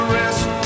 rest